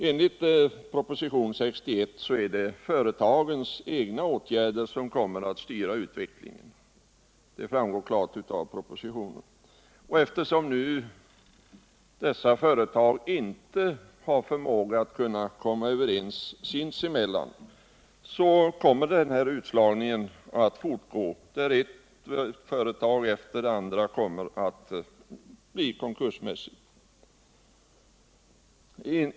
Av propositionen 61 framgår det klart att det är företagens egna åtgärder som kommer att styra utvecklingen. Eftersom dessa företag inte har förmåga att komma överens sinsemellan kommer utslagningen att fortgå, och det ena företaget efter det andra kommer att bli konkursmässigt.